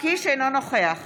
אינו נוכח